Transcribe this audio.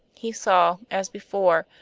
he saw, as before,